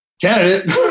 candidate